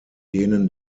denen